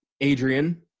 Adrian